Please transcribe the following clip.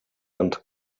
and